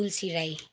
Tulsi Rai